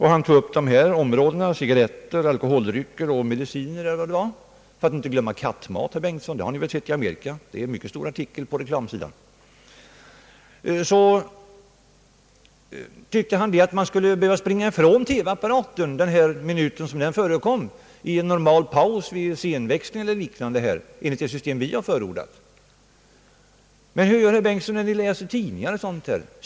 Han nämner cigarretter, alkoholdrycker och mediciner — för att inte glömma kattmat, Ni har väl sett i Amerika att det är en mycket stor artikel på reklamsidan. Herr Bengtson ansåg att man måste springa ifrån TV-apparaten under den minut som reklamen förekom enligt det system vi har förordat, i en normal paus vid scenväxling eller liknande. Men hur är det när herr Bengtson läser tidningar?